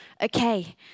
okay